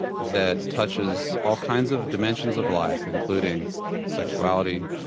that touches all kinds of dimensions of life, including sexuality,